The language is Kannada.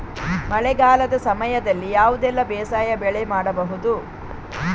ಮಳೆಗಾಲದ ಸಮಯದಲ್ಲಿ ಯಾವುದೆಲ್ಲ ಬೇಸಾಯ ಬೆಳೆ ಮಾಡಬಹುದು?